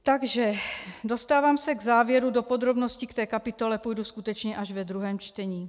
Takže dostávám se k závěru, do podrobností v té kapitole půjdu skutečně až ve druhém čtení.